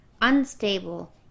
unstable